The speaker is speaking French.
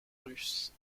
russe